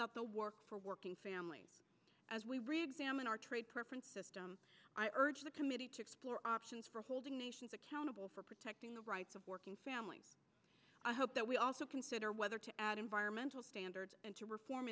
the work for working families as we reexamine our trade preference i urge the committee to explore options for holding nations accountable for protecting the rights of working families i hope that we also consider whether to add environmental standards and to reform